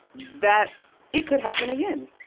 that it could happen again.